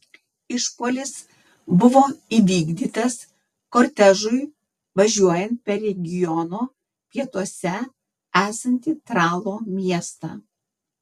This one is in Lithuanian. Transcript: išpuolis buvo įvykdytas kortežui važiuojant per regiono pietuose esantį tralo miestą